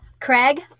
Craig